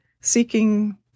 seeking